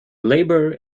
labour